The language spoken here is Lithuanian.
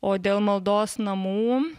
o dėl maldos namų